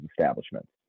establishments